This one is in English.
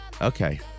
Okay